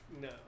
No